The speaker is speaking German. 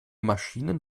maschinen